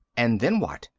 and then what?